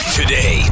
Today